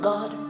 God